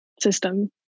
system